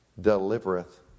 delivereth